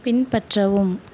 பின்பற்றவும்